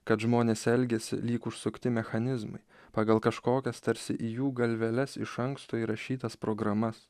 kad žmonės elgiasi lyg užsukti mechanizmai pagal kažkokias tarsi į jų galveles iš anksto įrašytas programas